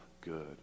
good